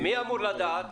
מי אמור לדעת?